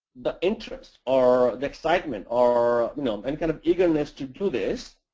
the interest or the excitement or you know and kind of eagerness to do this.